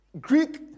Greek